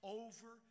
over